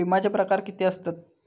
विमाचे प्रकार किती असतत?